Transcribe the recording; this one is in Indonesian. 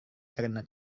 karena